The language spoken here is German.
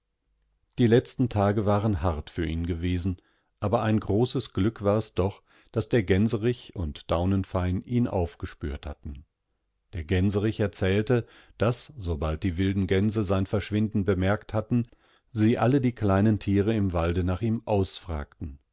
die letzten tage waren hart für ihn gewesen aber ein großes glück war es doch daßdergänserichunddaunenfeinihnaufgespürthatten der gänserich erzählte daß sobald die wilden gänse sein verschwinden bemerkt hatten sie alle die kleinen tiere im walde nach ihm ausfragten